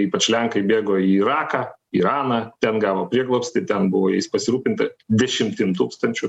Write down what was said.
ypač lenkai bėgo į iraką iraną ten gavo prieglobstį ten buvo jais pasirūpinti dešimtim tūkstančių